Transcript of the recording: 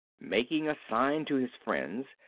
making a sign to his friends,